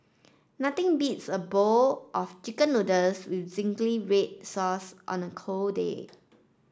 nothing beats a bowl of chicken noodles with zingy red sauce on a cold day